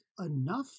enough